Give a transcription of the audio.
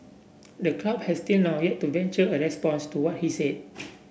the club has till now yet to venture a response to what he said